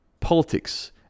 politics